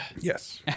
Yes